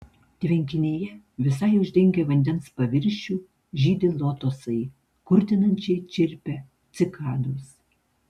tvenkinyje visai uždengę vandens paviršių žydi lotosai kurtinančiai čirpia cikados